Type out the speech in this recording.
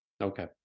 Okay